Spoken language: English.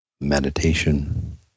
meditation